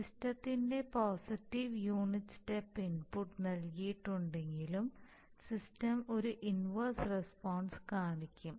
സിസ്റ്റത്തിന് positive unit step input നൽകിയിട്ടുണ്ടെങ്കിലും system ഒരു ഇൻവർസ് റസ്പോൺസ് കാണിക്കും